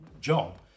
job